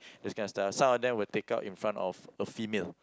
this kind of stuff some of them will take out in front of a female